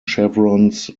chevrons